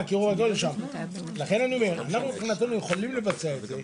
אנחנו יכולים לעשות את זה רק